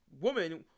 woman